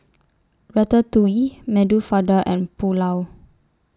Ratatouille Medu Fada and Pulao